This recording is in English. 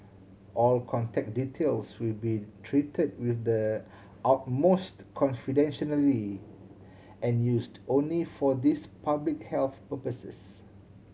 all contact details will be treated with the utmost confidentiality and used only for these public health purposes